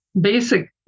basic